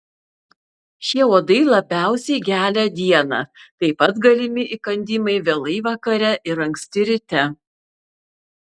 šie uodai labiausiai gelia dieną taip pat galimi įkandimai vėlai vakare ir anksti ryte